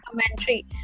commentary